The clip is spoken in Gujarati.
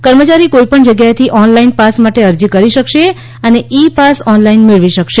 કર્મચારી કોઈપણ જગ્યાએથી ઑનલાઇન પાસ માટે અરજી કરી શકશે અને ઇ પાસ ઑનલાઇન મેળવી શકશે